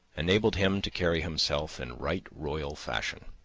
enabled him to carry himself in right royal fashion.